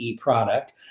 product